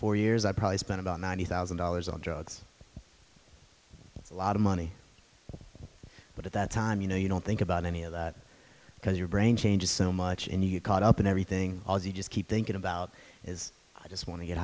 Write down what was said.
four years i probably spent about ninety thousand dollars on drugs it's a lot of money but at that time you know you don't think about any of that because your brain changes so much and you caught up and everything you just keep thinking about is i just want to get